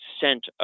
sent